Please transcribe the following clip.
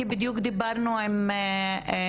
כי בדיוק דיברנו עם פתחי,